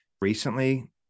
recently